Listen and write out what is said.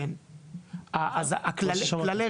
מה ששמעת,